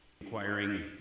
inquiring